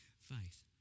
faith